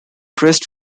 dressed